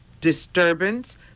disturbance